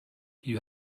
you